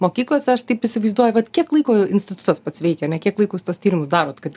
mokyklos aš taip įsivaizduoju vat kiek laiko institutas pats veikia ane kiek laiko jūs tuos tyrimus darot kad